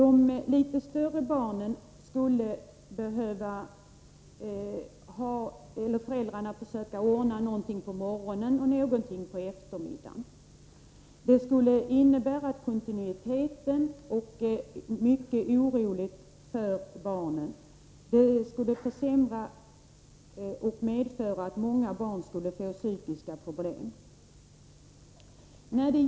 För de litet större barnen skulle föräldrarna få ordna någon form av omsorg på morgonen och någon form på eftermiddagen. Det skulle innebära bristande kontinuitet och stor oro för barnen. Det skulle försämra för barnen och medföra att många barn skulle få psykiska problem.